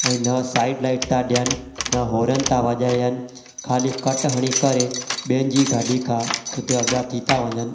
ऐं न side light था ॾियनि न होरन था वॼाइनि खाले कट हणी करे ॿियनि जी गाॾी खां ख़ुदि अॻियां थी था वञनि